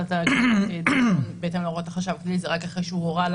התאגיד בהתאם להוראות החשב" זה רק אחרי שהוא הורה לה